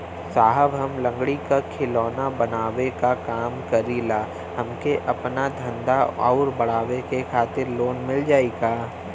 साहब हम लंगड़ी क खिलौना बनावे क काम करी ला हमके आपन धंधा अउर बढ़ावे के खातिर लोन मिल जाई का?